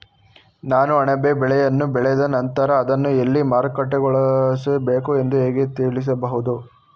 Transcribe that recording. ನಾನು ಅಣಬೆ ಬೆಳೆಯನ್ನು ಬೆಳೆದ ನಂತರ ಅದನ್ನು ಎಲ್ಲಿ ಮಾರುಕಟ್ಟೆಗೊಳಿಸಬೇಕು ಎಂದು ಹೇಗೆ ತಿಳಿದುಕೊಳ್ಳುವುದು?